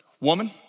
Woman